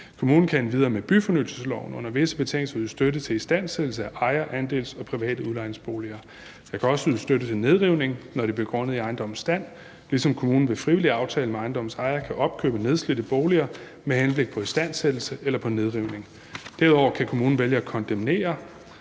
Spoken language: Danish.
Kommunen kan endvidere med byfornyelsesloven under visse betingelser yde støtte til istandsættelse af ejer-, andels- og private udlejningsboliger. Der kan også ydes støtte til nedrivning, når det er begrundet i ejendommens stand, ligesom kommunen ved frivillig aftale med ejendommens ejer kan opkøbe nedslidte boliger med henblik på istandsættelse eller nedrivning. Derudover kan kommunen vælge at kondemnere